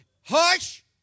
Hush